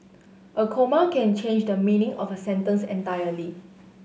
a comma can change the meaning of a sentence entirely